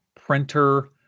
printer